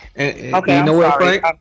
okay